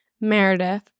Meredith